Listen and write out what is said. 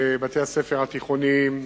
לבתי-הספר התיכוניים,